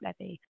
levy